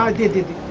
ah given